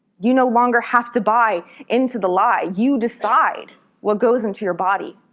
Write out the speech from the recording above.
you no longer have to buy into the lie. you decide what goes into your body.